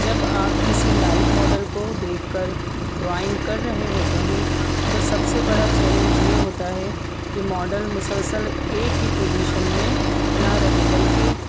جب آپ کسی لائیو ماڈل کو دیکھ کر ڈرائنگ کر رہے ہوتے ہیں تو سب سے بڑا چیلنج یہ ہوتا ہے کہ ماڈل مسلسل ایک ہی پوزیشن میں نہ رہے بلکہ